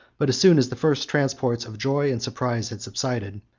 but as soon as the first transports of joy and surprise had subsided,